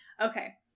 okay